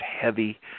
heavy